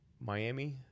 Miami